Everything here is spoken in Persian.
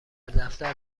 دفتر